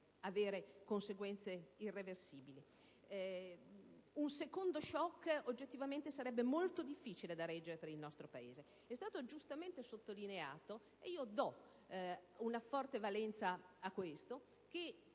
avere conseguenze irreversibili. Un secondo *shock* oggettivamente sarebbe molto difficile da reggere per il nostro Paese. È stato giustamente sottolineato il fatto, cui assegno una forte valenza, che